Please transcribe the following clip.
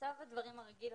במצב הדברים הרגיל,